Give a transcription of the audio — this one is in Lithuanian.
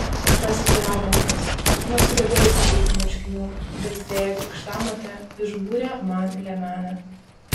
pasiteiravo jis nesugebėjau įsigyti marškinių bet fėja krikštamotė išbūrė man liemenę